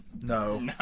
No